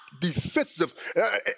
defensive